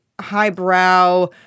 highbrow